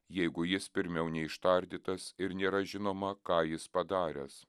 jeigu jis pirmiau neištardytas ir nėra žinoma ką jis padaręs